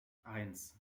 eins